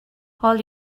all